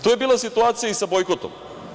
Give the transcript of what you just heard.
To je bila situacija i sa bojkotom.